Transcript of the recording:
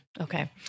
Okay